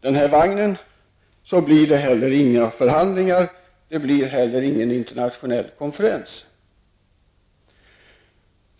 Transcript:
den vagnen blir det inte heller några förhandlingar. Det blir inte heller någon internationell konferens.